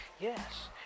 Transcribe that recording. yes